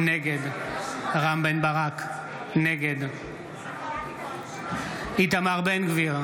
נגד רם בן ברק, נגד איתמר בן גביר,